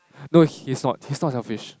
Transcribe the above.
no he's not he's not selfish